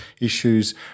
issues